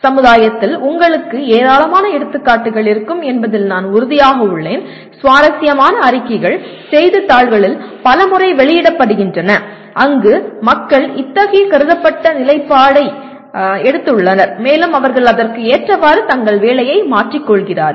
சமுதாயத்தில் உங்களுக்கு ஏராளமான எடுத்துக்காட்டுகள் இருக்கும் என்பதில் நான் உறுதியாக உள்ளேன் சுவாரஸ்யமான அறிக்கைகள் செய்தித்தாள்களில் பல முறை வெளியிடப்படுகின்றன அங்கு மக்கள் இத்தகைய கருதப்பட்ட நிலைப்பாட்டை எடுத்துள்ளனர் மேலும் அவர்கள் அதற்கு ஏற்றவாறு தங்கள் வேலையை மாற்றிக் கொள்கிறார்கள்